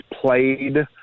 played